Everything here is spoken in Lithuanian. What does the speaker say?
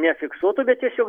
ne fiksuotų tiesiog